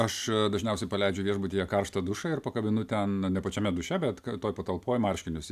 aš dažniausiai paleidžiu viešbutyje karštą dušą ir pakabinu ten ne pačiame duše bet toj patalpoj marškinius